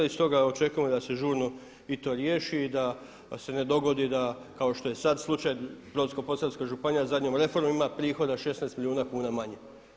I stoga očekujemo da se žurno i to riješi i da se ne dogodi, da kao što je sad slučaj Brodsko-posavska županija zadnjom reformom ima prihoda 16 milijuna kuna manje.